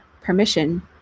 permission